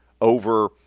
over